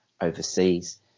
overseas